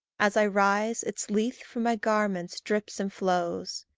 as i rise, its lethe from my garment drips and flows.